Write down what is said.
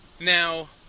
Now